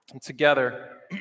together